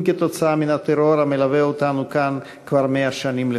אם כתוצאה מהטרור המלווה אותנו כאן כבר 100 שנים לפחות.